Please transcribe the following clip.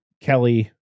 Kelly